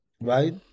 Right